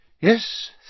Yes